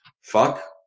fuck